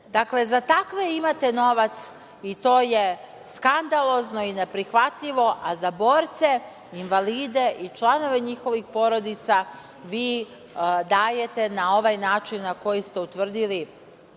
Dakle, za takve imate novac i to je skandalozno i neprihvatljivo, a za borce, invalide i članove njihovih porodica vi dajete na ovaj način na koji ste utvrdili,